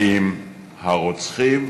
האם הרוצחים,